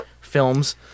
films